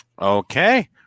Okay